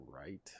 right